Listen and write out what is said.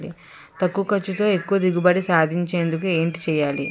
తక్కువ ఖర్చుతో ఎక్కువ దిగుబడి సాధించేందుకు ఏంటి చేయాలి?